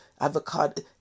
avocado